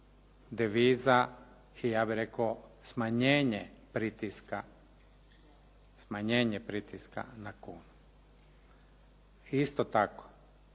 deviza i ja bih rekao smanjenje pritiska na kunu. Isto tako,